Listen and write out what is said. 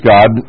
God